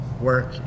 work